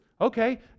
Okay